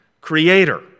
creator